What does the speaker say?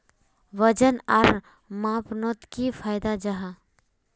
वजन आर मापनोत की फायदा जाहा?